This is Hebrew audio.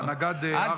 הנגד ארי.